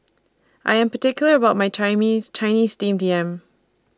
I Am particular about My chimes Chinese Steamed Yam